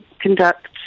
conduct